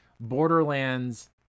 Borderlands